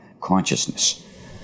consciousness